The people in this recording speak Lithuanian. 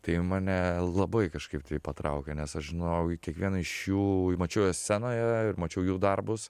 tai mane labai kažkaip tai patraukė nes aš žinojau kiekvieną iš jų mačiau juos scenoje mačiau jų darbus